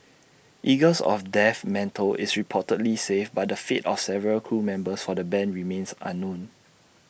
eagles of death metal is reportedly safe but the fate of several crew members for the Band remains unknown